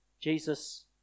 Jesus